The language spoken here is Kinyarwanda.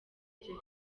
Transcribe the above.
icyo